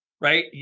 Right